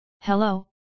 Hello